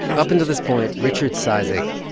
up until this point, richard cizik,